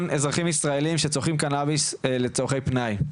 אזרחים ישראלים שצורכים קנאביס לצורכי פנאי.